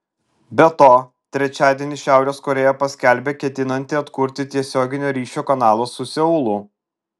be to trečiadienį šiaurės korėja paskelbė ketinanti atkurti tiesioginio ryšio kanalą su seulu